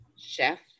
chef